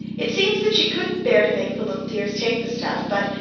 it seems that she couldn't bear to make the little dears take the stuff, but,